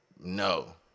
No